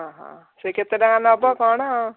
ହଁ ହଁ ସେ କେତେ ଟଙ୍କା ନେବ କ'ଣ